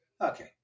Okay